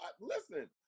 listen